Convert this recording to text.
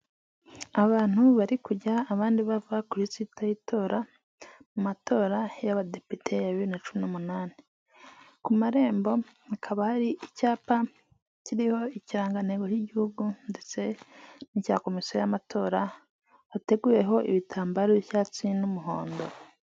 Abantu bari kujya abandi bava kuri site y'itora mu matora y'abadepite ya bibiri na cumi n'umunani, ku marembo hakaba hari icyapa kiriho ikirangantego cy'igihugu ndetse n'icya komisiyo y'amatora, hateguyeho ibitambaro by'icyatsi n'umuhondo.